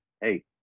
hey